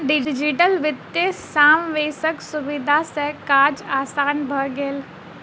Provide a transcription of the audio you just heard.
digital वित्तीय समावेशक सुविधा सॅ काज आसान भ गेल